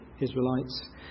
Israelites